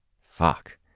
Fuck